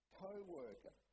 co-worker